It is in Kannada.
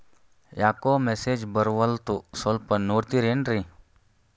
ಯಾಕೊ ಮೆಸೇಜ್ ಬರ್ವಲ್ತು ಸ್ವಲ್ಪ ನೋಡ್ತಿರೇನ್ರಿ?